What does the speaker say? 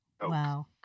Wow